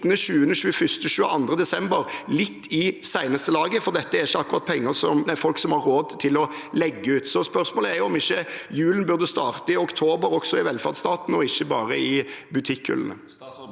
19. og 22. desember, litt i seneste laget, for dette er ikke akkurat folk som har råd til å legge ut. Så spørsmålet er om ikke julen burde starte i oktober også i velferdsstaten, ikke bare i butikkhyllene.